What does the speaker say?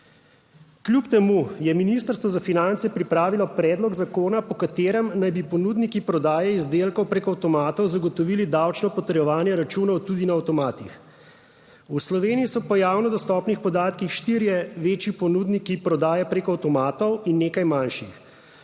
Kljub temu je ministrstvo za finance pripravilo predlog zakona, po katerem naj bi ponudniki prodaje izdelkov preko avtomatov zagotovili davčno potrjevanje računov tudi na avtomatih. V Sloveniji so po javno dostopnih podatkih štirje večji ponudniki prodaje preko avtomatov in nekaj manjših.